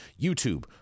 youtube